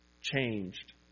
changed